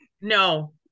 No